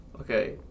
Okay